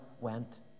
went